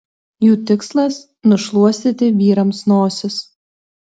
jų tikslas nušluostyti vyrams nosis